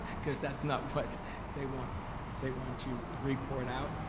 cause that's not what they want they want to report out.